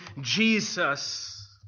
Jesus